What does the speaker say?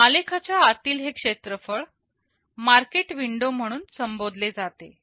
आलेखाच्या आतील हे क्षेत्रफळ मार्केट विंडो म्हणून संबोधले जाते